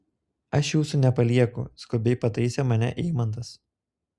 aš jūsų nepalieku skubiai pataisė mane eimantas